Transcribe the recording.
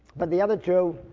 but the other two,